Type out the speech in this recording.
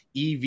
EV